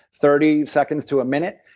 thirty seconds to a minute,